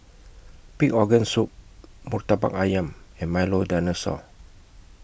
Pig Organ Soup Murtabak Ayam and Milo Dinosaur